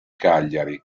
cagliari